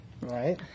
Right